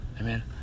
Amen